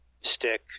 stick